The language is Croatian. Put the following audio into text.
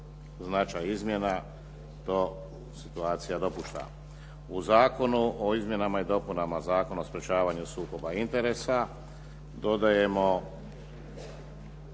značaj izbora to situacija dopušta. U Zakonu o izmjenama i dopunama Zakona o sprječavanju sukoba interesa dodajemo